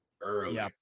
early